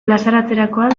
plazaratzerakoan